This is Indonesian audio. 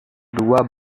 dua